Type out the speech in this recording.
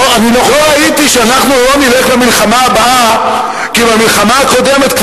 לא ראיתי שאנחנו לא נלך למלחמה הבאה כי המלחמה הקודמת,